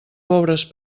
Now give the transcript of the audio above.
pobres